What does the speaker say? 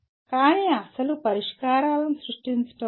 కానీ అసలు పరిష్కారాలను సృష్టించడం లేదు